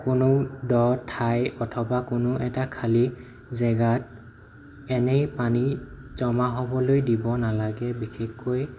কোনো দ ঠাই অথবা কোনো এটা খালি জেগাত এনে পানী জমা হ'বলৈ দিব নালাগে বিশেষকৈ